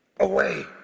Away